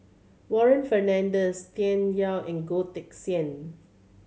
Warren Fernandez Tian Yau and Goh Teck Sian